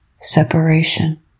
separation